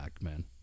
man